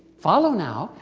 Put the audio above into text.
follow now,